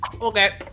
Okay